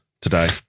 today